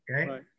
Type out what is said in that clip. Okay